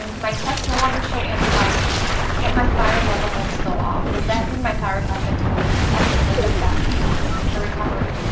um my tests no longer show antibodies but my thyroid levels are still off. does that mean my thyroid has been totally ineffective? what does that mean for recovery?